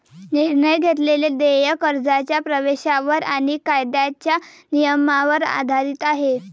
निर्णय घेतलेले देय कर्जाच्या प्रवेशावर आणि कायद्याच्या नियमांवर आधारित आहे